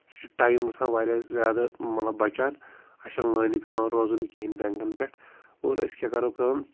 سُہ چھُ ٹایِم گژھان واریاہ زیادٕ مطلب بَچان اَسہِ چھِ لٲنہِ پٮ۪وان روزُن کِہیٖنۍ بٮ۪نٛکَن پٮ۪ٹھ اور أسۍ کیٛاہ کَرو کٲم